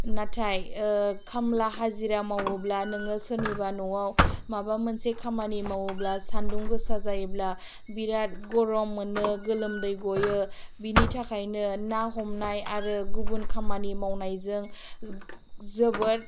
नाथाय खामला हाजिरा मावोब्ला नोङो सोरनिबा न'वाव माबा मोनसे खामानि मावोब्ला सानदुं गोसा जायोब्ला बिराथ गरम मोनो गोलोमदै गयो बिनि थाखायनो ना हमनाय आरो गुबुन खामानि मावनायजों जोबोद